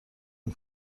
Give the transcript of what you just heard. این